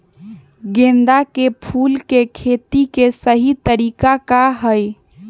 गेंदा के फूल के खेती के सही तरीका का हाई?